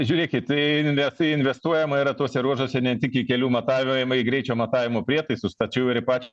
žiūrėkit tai ne tai investuojama yra tuose ruožuose net iki kelių matavimą į greičio matavimo prietaisus tačiau ir į pa